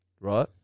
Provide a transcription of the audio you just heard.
Right